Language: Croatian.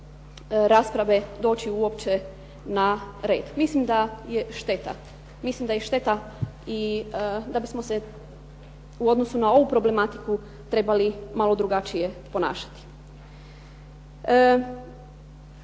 rasprave doći uopće na red. Mislim da je šteta, mislim da je šteta i da bismo se u odnosu na ovu problematiku trebali malo drugačije ponašati.